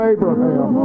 Abraham